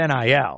NIL